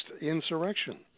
insurrection